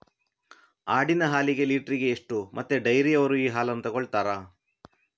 ಆಡಿನ ಹಾಲಿಗೆ ಲೀಟ್ರಿಗೆ ಎಷ್ಟು ಮತ್ತೆ ಡೈರಿಯವ್ರರು ಈ ಹಾಲನ್ನ ತೆಕೊಳ್ತಾರೆ?